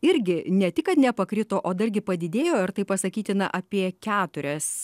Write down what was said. irgi ne tik kad nepakrito o dargi padidėjo ir tai pasakytina apie keturias